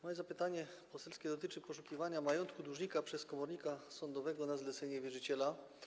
Moje zapytanie poselskie dotyczy poszukiwania majątku dłużnika przez komornika sądowego na zlecenie wierzyciela.